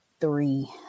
three